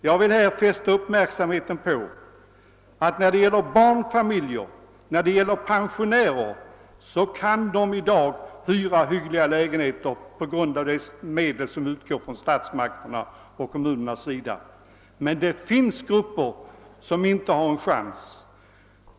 Jag vill här fästa uppmärksamheten på att barnfamiljer och pensionärer i dag kan hyra hyggliga lägenheter på grund av de medel som utgår från statsmakternas och kommunernas sida. Men det finns grupper som inte har denna chans.